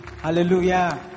Hallelujah